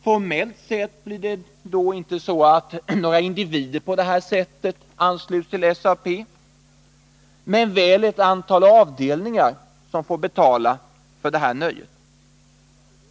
Formellt sett blir det då inte så att några individer på det här sättet ansluts till SAP men väl ett antal avdelningar, som får betala för det nöjet.